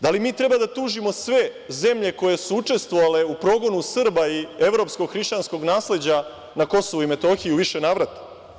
Da li mi treba da tužimo sve zemlje koje su učestvovale u progonu Srba i evropskog hrišćanskog nasleđa na Kosovu i Metohiji u više navrata?